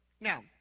Now